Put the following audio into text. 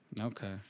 Okay